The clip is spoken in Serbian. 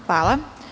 Hvala.